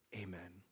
amen